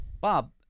Bob